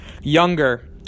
younger